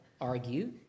argue